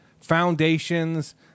foundations